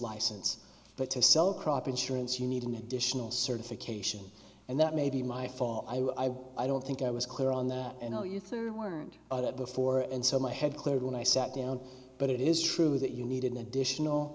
license but to sell crop insurance you need an additional certification and that may be my fault i don't think i was clear on that and no you weren't at it before and so my head cleared when i sat down but it is true that you need an additional